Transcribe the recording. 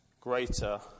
greater